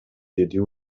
деди